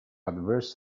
adverse